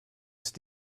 ist